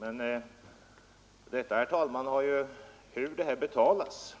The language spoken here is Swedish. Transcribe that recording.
Men, herr talman, hur stödet betalas